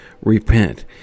repent